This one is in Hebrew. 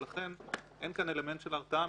ולכן, אין כאן אלמנט של הרתעה.